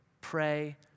Pray